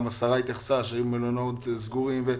השרה התייחסה לכך שהיו מלונות סגורים.